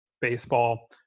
baseball